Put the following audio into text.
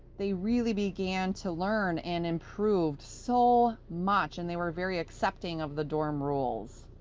they really began to learn and improved so much. and they were very accepting of the dorm rules.